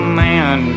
man